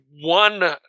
one